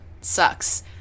sucks